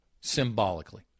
symbolically